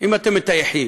אם אתם מטייחים,